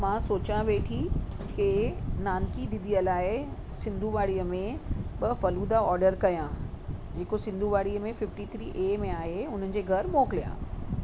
मां सोचां वेठी की नानकी दीदीअ लाइ सिंधू वाड़ीअ में ॿ फलूदा ऑडर कयां जेको सिंधू वाड़ीअ में फिफ्टी थ्री ए में आहे उन्हनि जे घरु मोकिलियां